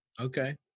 Okay